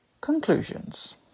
Conclusions